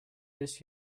this